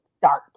start